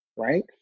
right